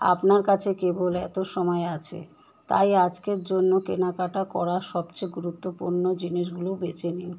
আপনার কাছে কেবল এত সময় আছে তাই আজকের জন্য কেনাকাটা করার সবচেয়ে গুরুত্বপূর্ণ জিনিসগুলো বেছে নিন